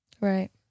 Right